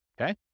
Okay